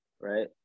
right